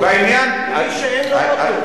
ומי שאין לו אוטו,